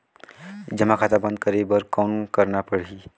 जमा खाता बंद करे बर कौन करना पड़ही?